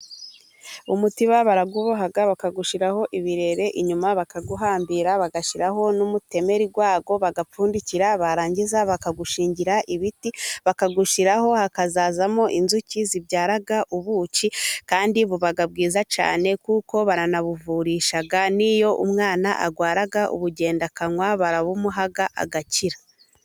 Umutiba barawuboha, bakawushyiraho ibirere inyuma, bakawuhambira bagashyiraho n'umutemeri gupfundikira barangiza bakawushingira ibiti bakawushyiraho, hakazazamo inzuki zibyara ubuki, kandi buba bwiza cyane kuko baranabuvurisha n'iyo umwana arwaye ubugendakanwa, barabumuha agakira.